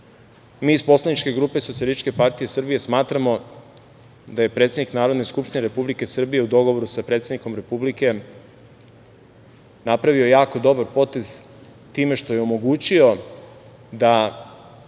mi iz poslaničke grupe SPS smatramo da je predsednik Narodne skupštine Republike Srbije u dogovoru sa predsednikom Republike, napravio jako dobar potez time što je omogućio da